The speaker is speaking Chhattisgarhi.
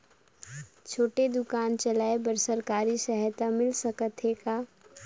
छोटे दुकान चलाय बर सरकारी सहायता मिल सकत हे का?